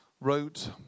wrote